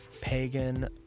pagan